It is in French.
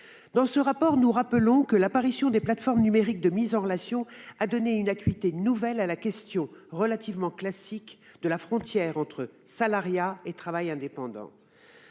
des coursiers. Nous y rappelons que l'apparition des plateformes numériques de mise en relation a donné une acuité nouvelle à la question, relativement classique, de la frontière entre salariat et travail indépendant.